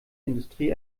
industrie